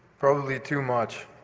probably too much.